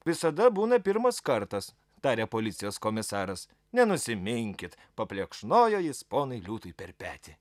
visada būna pirmas kartas tarė policijos komisaras nenusiminkit paplekšnojo jis ponui liūtui per petį